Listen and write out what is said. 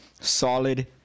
solid